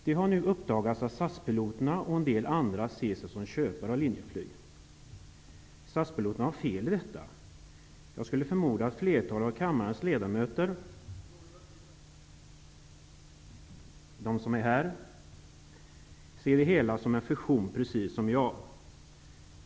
Det har nu uppdagats att SAS-piloterna och en del andra ser sig som köpare av Linjeflyg. SAS piloterna har fel i detta. Jag skulle förmoda att flertalet av kammarens ledamöter, i alla fall de som är här, ser det hela som en fusion, precis som jag gör.